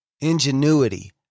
ingenuity